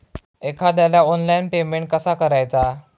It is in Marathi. एखाद्याला ऑनलाइन पेमेंट कसा करायचा?